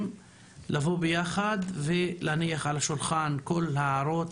לבוא ביחד ולהניח על השולחן את כל ההערות,